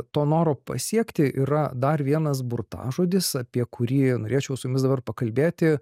to noro pasiekti yra dar vienas burtažodis apie kurį norėčiau su jumis dabar pakalbėti